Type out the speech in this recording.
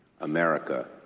America